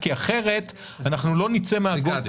כי אחרת אנחנו לא נצא מן הגודש.